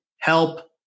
help